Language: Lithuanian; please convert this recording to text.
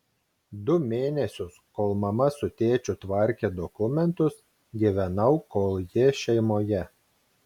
du mėnesius kol mama su tėčiu tvarkė dokumentus gyvenau koljė šeimoje